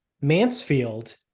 Mansfield